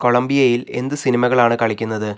കൊളംബിയയിൽ എന്ത് സിനിമകളാണ് കളിക്കുന്നത്